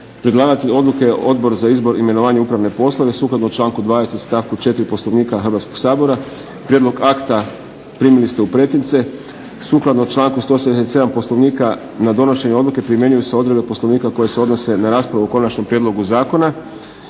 Predlagatelj odluke je Odbor za izbor, imenovanja i upravne poslove sukladno članku 20. stavku 4. Poslovnika Hrvatskoga sabora. Prijedlog akta primili ste u pretince. Sukladno članku 177. Poslovnika na donošenje odluke primjenjuju se odredbe Poslovnika koje se odnose na raspravu o konačnom prijedlogu zakona.